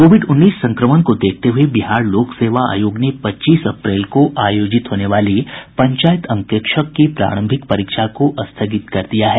Covid उन्नीस संक्रमण को देखते हये बिहार लोक सेवा आयोग ने पच्चीस अप्रैल को आयोजित होने वाली पंचायत अंकेक्षक की प्रारंभिक परीक्षा को स्थगित कर दिया है